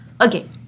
Okay